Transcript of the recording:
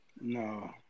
No